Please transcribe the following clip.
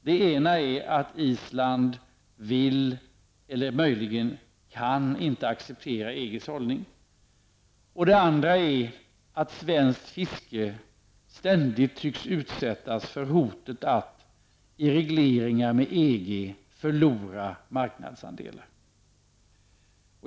Det ena är att Island inte vill, eller möjligen inte kan, acceptera EGs hållning. Det andra är att svenskt fiske ständigt tycks utsättas för hotet att i regleringar med EG förlora marknadsandelar.